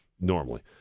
normally